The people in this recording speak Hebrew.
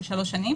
של 3 שנים,